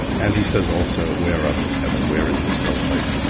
and he says also whereof this heaven? where is this sort of place?